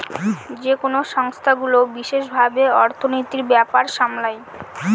যেকোনো সংস্থাগুলো বিশেষ ভাবে অর্থনীতির ব্যাপার সামলায়